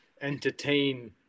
entertain